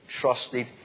trusted